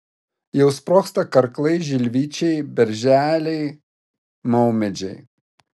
jau sprogsta karklai žilvičiai berželiai maumedžiai